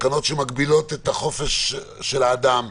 תקנות שמגבילות את החופש של האדם,